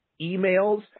emails